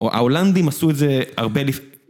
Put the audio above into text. ההולנדים עשו את זה הרבה לפ...